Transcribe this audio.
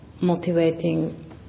motivating